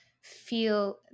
feel